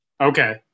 Okay